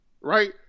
right